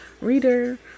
reader